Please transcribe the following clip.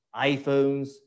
iPhones